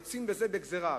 יוצאים בזה בגזירה.